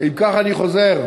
אם כך, אני חוזר.